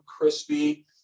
crispy